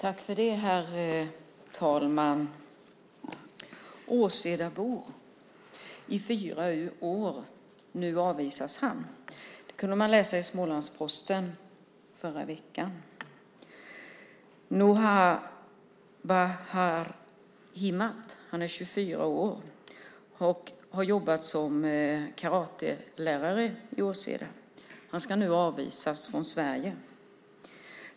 Herr talman! "Åsedabo i fyra år - nu avvisas han". Det kunde man läsa i Smålandsposten förra veckan. Nobahar Himat är 24 år och har jobbat som karatelärare i Åseda. Han ska nu avvisas från Sverige.